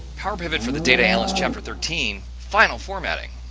powerpivot for the data analyst, chapter thirteen. final formatting.